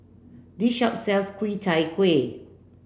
this shop sells Ku Chai Kuih